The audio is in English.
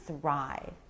thrive